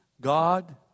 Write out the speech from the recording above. God